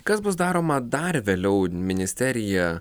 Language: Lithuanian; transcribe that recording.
kas bus daroma dar vėliau ministerija